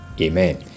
Amen